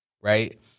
right